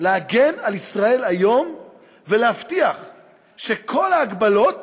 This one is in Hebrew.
להגן על "ישראל היום", ולהבטיח שכל ההגבלות